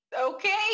Okay